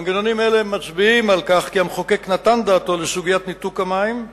מנגנונים אלה מצביעים על כך שהמחוקק נתן דעתו לסוגיית ניתוק המים,